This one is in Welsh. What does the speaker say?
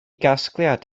gasgliad